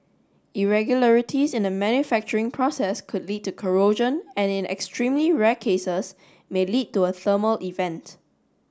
irregularities in the manufacturing process could lead to corrosion and in extremely rare cases may lead to a thermal event